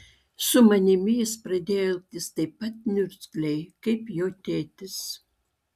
su manimi jis pradėjo elgtis taip pat niurzgliai kaip jo tėtis